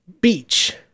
beach